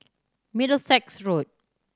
Middlesex Road